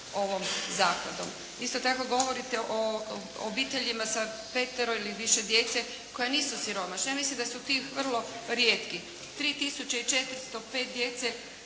ovom zakladom. Isto tako govorite o obiteljima sa petero ili više djece koja nisu siromašna. Ja mislim da su ti vrlo rijetki. 3 tisuće